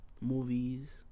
movies